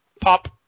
pop